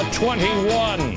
21